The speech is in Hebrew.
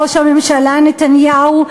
ראש הממשלה נתניהו,